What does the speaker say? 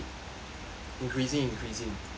increasing increasing